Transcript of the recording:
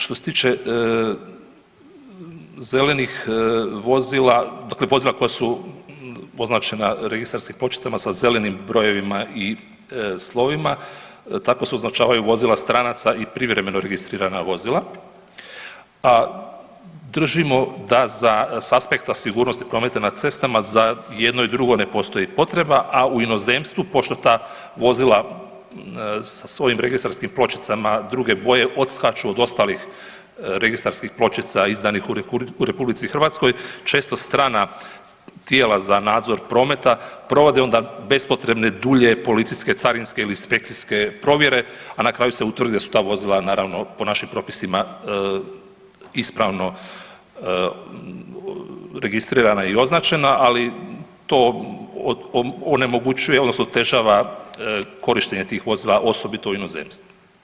Što se tiče zelenih vozila, dakle vozila koja su označena registarskim pločicama sa zelenim brojevima i slovima tako se označavaju vozila stranaca i privremeno registrirana vozila, a držimo da za, s aspekta sigurnosti prometa na cestama za jedno i drugo ne postoji potreba, a u inozemstvu, pošto ta vozila sa svojim registarskim pločicama druge boje odskaču od ostalih registarskih pločica izdanih u RH, često strana tijela za nadzor prometa provode onda bespotrebne dulje policijske, carinske ili inspekcijske provjere, a na kraju se utvrdi da su ta vozila, naravno, po našim propisima ispravno registrirana i označena, ali to, onemogućuje odnosno otežava korištenje tih vozila, osobito u inozemstvu.